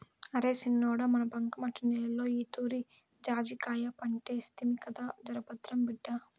అరే సిన్నోడా మన బంకమట్టి నేలలో ఈతూరి జాజికాయ పంటేస్తిమి కదా జరభద్రం బిడ్డా